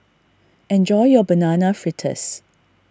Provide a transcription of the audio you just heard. enjoy your Banana Fritters